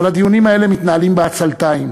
אבל הדיונים האלה מתנהלים בעצלתיים.